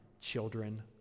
children